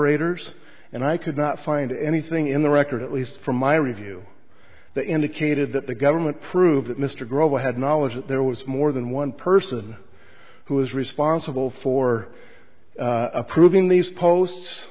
moderators and i could not find anything in the record at least from my review that indicated that the government prove that mr grover had knowledge that there was more than one person who was responsible for approving these posts